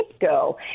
go